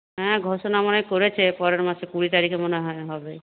হ্যাঁ ঘোষণা মনে হয় করেছে পরের মাসের কুড়ি তারিখে মনে হয় হবে